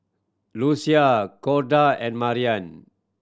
Lucie Corda and Marian